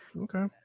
okay